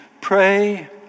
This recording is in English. pray